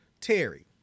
Terry